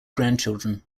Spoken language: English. grandchildren